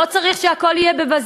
לא הכול צריך להיות בבזק,